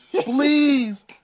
Please